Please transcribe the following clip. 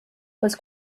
was